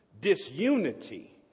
Disunity